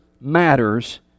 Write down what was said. Matters